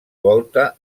volta